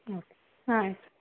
ಹ್ಞೂ ಹಾಂ ಆಯಿತು